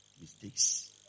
mistakes